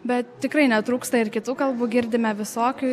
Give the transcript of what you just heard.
bet tikrai netrūksta ir kitų kalbų girdime visokių